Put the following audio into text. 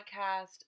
Podcast